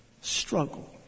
struggle